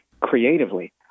creatively